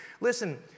Listen